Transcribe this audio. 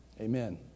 Amen